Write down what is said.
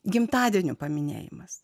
gimtadienio paminėjimas